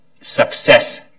success